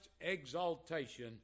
exaltation